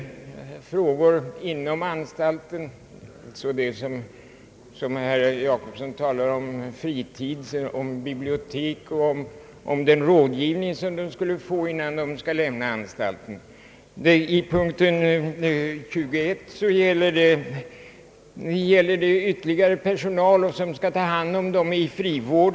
Reserva tionerna gäller också — som herr Jacobsson nämnde — problem inom anstalterna, såsom fritiden, biblioteks verksamheten och den rådgivning de intagna skall få innan de lämnar anstalten. Punkt 21 handlar vidare om den ytterligare personal som behövs för att ta hand om dem i frivård.